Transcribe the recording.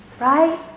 right